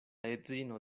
edzino